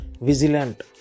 vigilant